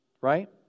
right